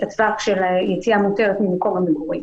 הטווח של יציאה מותרת ממקום המגורים.